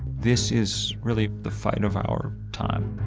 this is really the fight of our time.